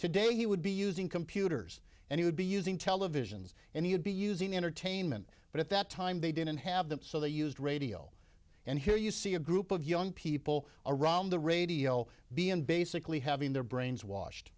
today he would be using computers and he would be using televisions and he would be using entertainment but at that time they didn't have them so they used radio and here you see a group of young people around the radio being basically having their brains washed